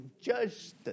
justice